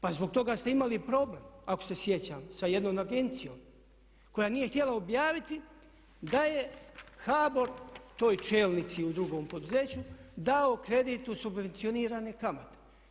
Pa zbog toga ste i imali problem ako se sjećamo sa jednom agencijom koja nije htjela objaviti da je HBOR toj čelnici u drugom poduzeću dao kredit uz subvencionirane kamate.